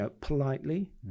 politely